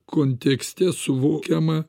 kontekste suvokiamą